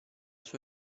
sua